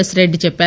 yes Reddy చెప్పారు